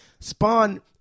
Spawn –